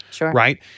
right